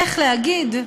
איך להגיד?